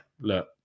look